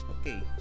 Okay